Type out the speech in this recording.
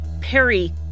Perry